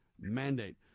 mandate